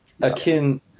akin